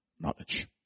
Knowledge